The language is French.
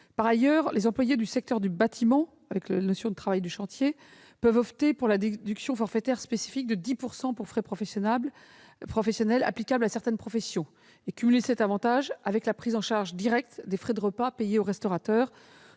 Par ailleurs, les employeurs du secteur du bâtiment- avec la notion de travail de chantier -peuvent opter pour la déduction forfaitaire spécifique de 10 % pour frais professionnels applicable à certaines professions et cumuler cet avantage avec la prise en charge directe des frais de repas payés au restaurateur,